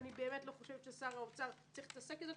אני באמת לא חושבת ששר האוצר צריך להתעסק עם זה.